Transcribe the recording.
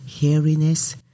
hairiness